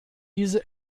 diese